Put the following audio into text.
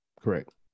Correct